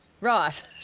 Right